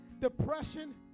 depression